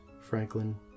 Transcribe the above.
Franklin